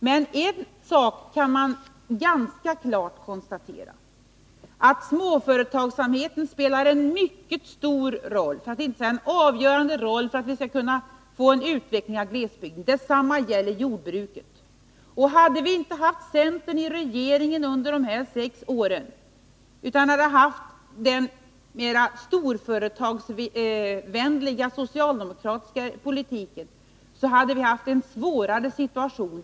Men en sak kan man ganska klart konstatera, nämligen att småföretagsamheten spelar en mycket stor, för att inte säga avgörande, roll för att vi skall kunna få en utveckling av glesbygden. Detsamma gäller jordbruket. Hade centern inte tillhört regeringen under dessa sex år utan man fört en mer storföretagsvänlig socialdemokratisk politik, hade situationen varit svårare.